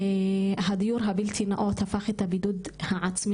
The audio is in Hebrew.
הדיור הבלתי נאות הפך את הבידוד העצמי